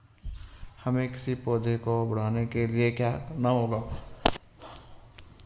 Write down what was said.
हमें किसी पौधे को बढ़ाने के लिये क्या करना होगा?